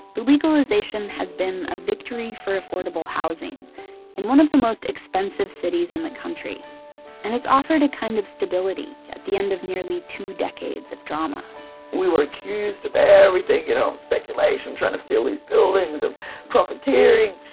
the legalization has been a victory for affordable housing in one of the most expensive cities in the country and has offered a kind of stability at the end of nearly two decades of drama we were accused of everything. you know speculation, trying to steal these buildings, of profiteering,